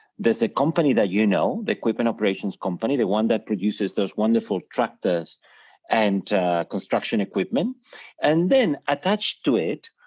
there's a company that, you know, the equipment operations company, the one that produces those wonderful tractors and construction equipment and then attached to it,